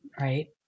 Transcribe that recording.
Right